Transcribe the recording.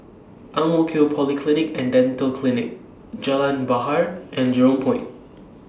Ang Mo Kio Polyclinic and Dental Clinic Jalan Bahar and Jurong Point